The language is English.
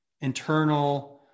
internal